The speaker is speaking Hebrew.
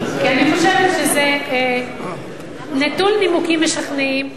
כי אני חושבת שזה נטול נימוקים משכנעים.